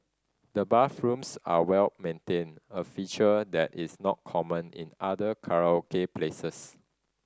the bathrooms are well maintained a feature that is not common in other karaoke places